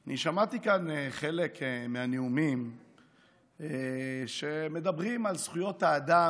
אני שמעתי כאן חלק מהנאומים שמדברים על זכויות האדם